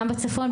גם בצפון,